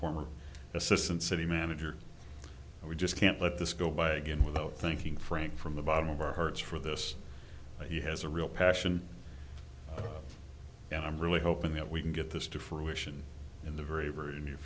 former assistant city manager we just can't let this go by again without thinking frank from the bottom of our hearts for this he has a real passion and i'm really hoping that we can get this to fruition in the very very near